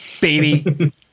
Baby